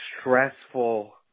stressful